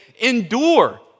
endure